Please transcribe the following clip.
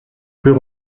peut